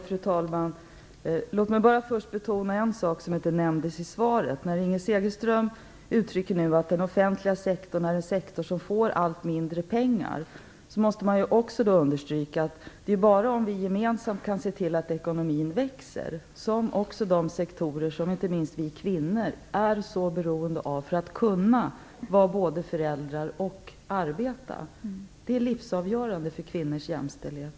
Fru talman! Låt mig först betona en sak som inte nämndes i svaret. Inger Segelström säger nu att den offentliga sektorn är en sektor som får allt mindre pengar. Man måste då understryka att det bara är om vi gemensamt kan se till att ekonomin växer som dessa sektorer kan fortsätta att fungera, dessa sektorer som inte minst vi kvinnor är så beroende av för att både kunna vara föräldrar och arbeta. Det är livsavgörande för kvinnors jämställdhet.